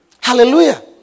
hallelujah